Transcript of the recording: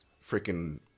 freaking